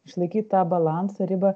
išlaikyt tą balansą ribą